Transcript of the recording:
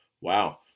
Wow